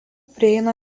prieina